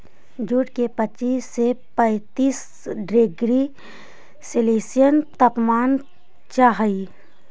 jute के पच्चीस से पैंतीस डिग्री सेल्सियस तापमान चाहहई